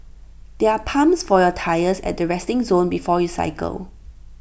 there are pumps for your tyres at the resting zone before you cycle